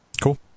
Cool